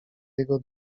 jego